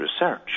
research